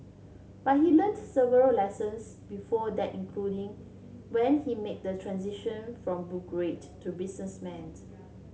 but he learnt several lessons before that including when he made the transition from to businessman